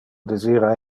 desira